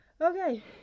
Okay